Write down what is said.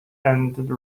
and